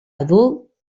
adult